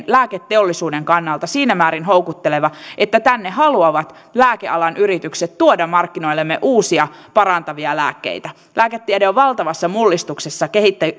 lääketeollisuuden kannalta siinä määrin houkutteleva että tänne haluavat lääkealan yritykset tuoda markkinoillemme uusia parantavia lääkkeitä lääketiede on valtavassa mullistuksessa